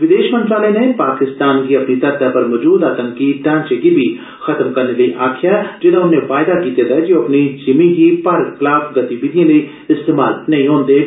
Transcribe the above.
विदेश मंत्रालय नै पाकिस्तान गी अपनी धरतै पर मौजूद आतंकी ढांचे गी बी खतम करने लेई आक्खेआ ऐ जेदा उन्ने वायदा कीते दा ऐ जे ओ अपनी जिमीं गी भारत खलाफ गतिविधिएं लेई इस्तेमाल नेईं होन देग